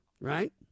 Right